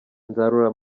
nzarora